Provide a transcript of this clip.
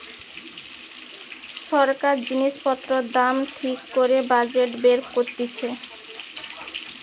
সরকার জিনিস পত্রের দাম ঠিক করে বাজেট বের করতিছে